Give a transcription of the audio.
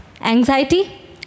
Anxiety